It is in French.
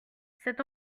cet